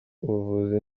ubuvuzi